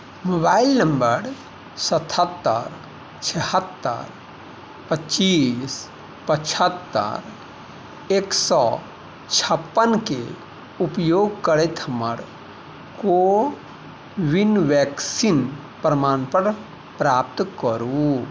mobile number सतहत्तरि छिहत्तरि पचीस पचहत्तरि एक सए छप्पनके उपयोग करैत हमर कोविन वैक्सीन प्रमाणपत्र प्राप्त करू